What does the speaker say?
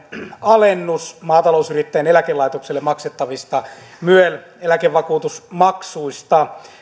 alennus maatalousyrittäjien eläkelaitokselle maksettavista myel eläkevakuutusmaksuista